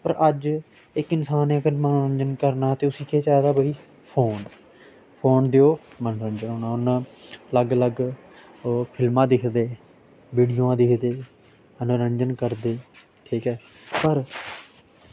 पर अज इक इन्सान ने इक मनोरंजन करना ते उस्सी केह् चाहिदा भाई फोन फोन देओ मनोरंजन होना उन्न लग्ग लग्ग ओह् फिल्मां दिक्खदे वीडियोआं दिक्खदे मनोरंजन करदे ठीक ऐ पर